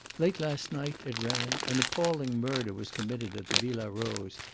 late last night, it ran, an appalling murder was committed at the villa rose,